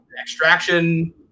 extraction